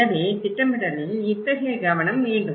எனவே திட்டமிடலில் இத்தகைய கவனம் வேண்டும்